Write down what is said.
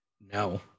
No